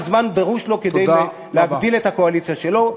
זמן דרוש לו כדי להגדיל את הקואליציה שלו,